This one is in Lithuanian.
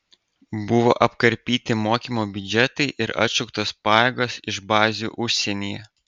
buvo apkarpyti mokymo biudžetai ir atšauktos pajėgos iš bazių užsienyje